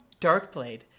Darkblade